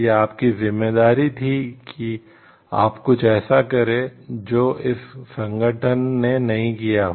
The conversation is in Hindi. यह आपकी ज़िम्मेदारी थी कि आप कुछ ऐसा करें जो इस संगठन ने नहीं किया हो